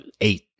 Eight